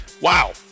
wow